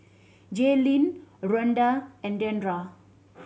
Jaylyn Rhonda and Deandra